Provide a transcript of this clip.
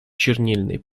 чернильный